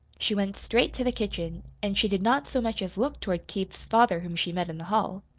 she went straight to the kitchen, and she did not so much as look toward keith's father whom she met in the hall.